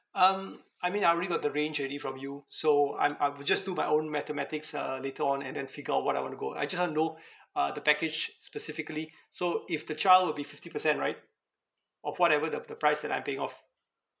um I mean I already got the range already from you so I'm I would just do my own mathematics uh later on and then figure out what I what I want to go I just want to know uh the package specifically so if the child will be fifty percent right of whatever the the price that I'm paying of